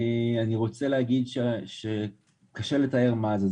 אני רוצה להגיד שקשה לתאר מה זה.